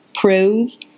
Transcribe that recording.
pros